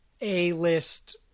A-list